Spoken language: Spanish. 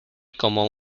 como